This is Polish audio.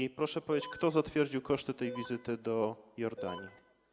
I proszę powiedzieć, kto zatwierdził koszty tej wizyty w Jordanii.